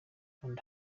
kanda